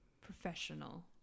professional